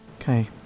Okay